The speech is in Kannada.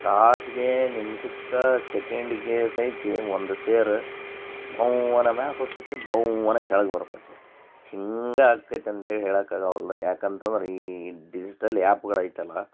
ತಾಸಿಗೆ ನಿಮ್ಷಕ್ಕೆ ಸೆಕೆಂಡಿಗೆ ಸೈತ ಒಂದು ಸೇರ್ ಭೌಂವನ ಮ್ಯಾಲ್ ಹೊಕ್ಕತಿ ಭೌಂವನ ಕೆಳಗೆ ಬರ್ತತಿ ಹಿಂಗೇ ಆಕ್ಕೈತಿ ಅಂತೇಳಿ ಹೇಳೋಕ್ಕಾಗವಲ್ದು ಯಾಕಂತಂದ್ರೆ ಈ ಡಿಜಿಟಲ್ ಆ್ಯಪ್ಗಳೈತಲ್ಲ